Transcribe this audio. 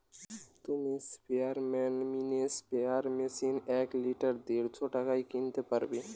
তুমি Sprayman mini sprayer machine এক litre দেড়শ টাকায় কিনতে পারবে